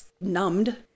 numbed